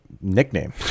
nickname